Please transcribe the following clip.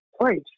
place